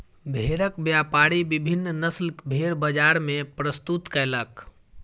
भेड़क व्यापारी विभिन्न नस्लक भेड़ बजार मे प्रस्तुत कयलक